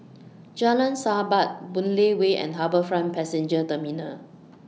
Jalan Sahabat Boon Lay Way and HarbourFront Passenger Terminal